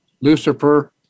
Lucifer